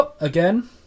again